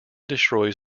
destroys